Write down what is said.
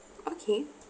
okay